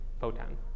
photon